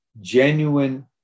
genuine